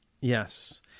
yes